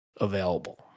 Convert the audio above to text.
available